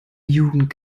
jugend